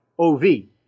O-V